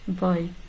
Bye